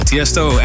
Tiesto